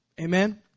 Amen